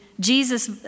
Jesus